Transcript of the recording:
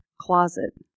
closet